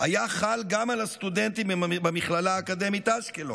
היה חל גם על הסטודנטים במכללה האקדמית אשקלון,